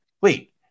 wait